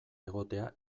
egotea